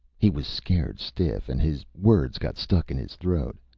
he was scared stiff, and his words got stuck in his throat.